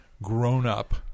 grown-up